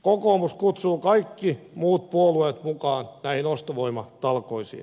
kokoomus kutsuu kaikki muut puolueet mukaan näihin ostovoimatalkoisiin